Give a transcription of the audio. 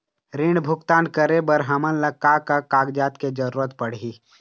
ऋण भुगतान करे बर हमन ला का का कागजात के जरूरत पड़ही?